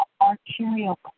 arterial